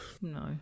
No